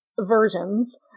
versions